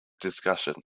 discussion